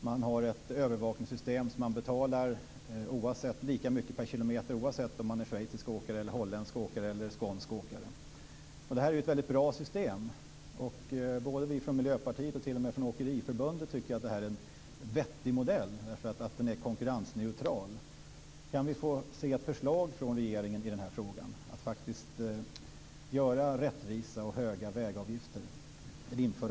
Det finns ett övervakningssystem, och man betalar lika mycket per kilometer oavsett om man är schweizisk, holländsk eller skånsk åkare. Det är ett väldigt bra system. Både vi i Miljöpartiet och t.o.m. Åkeriförbundet tycker att det är en vettig modell, därför att den är konkurrensneutral. Kan vi få se ett förslag från regeringen om att införa rättvisa och höga vägavgifter?